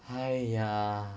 !haiya!